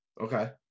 Okay